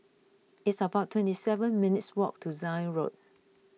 it's about twenty seven minutes' walk to Zion Road